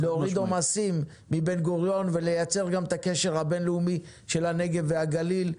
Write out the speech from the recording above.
להוריד עומסים מבן-גוריון ולייצר גם את הקשר הבינלאומי של הנגב והגליל.